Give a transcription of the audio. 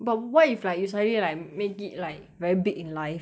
but what if like you suddenly like make it like very big in life